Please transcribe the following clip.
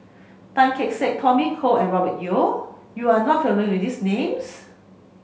Tan Kee Sek Tommy Koh and Robert Yeo you are not familiar with these names